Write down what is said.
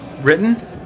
Written